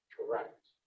Correct